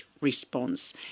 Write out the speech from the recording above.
response